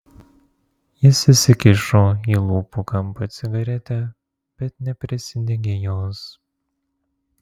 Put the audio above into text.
jis įsikišo į lūpų kampą cigaretę bet neprisidegė jos